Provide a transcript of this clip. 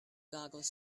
goggles